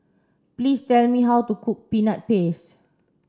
please tell me how to cook peanut paste